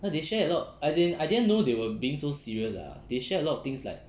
they share a lot as in I didn't know they were being so serious lah they share a lot of things like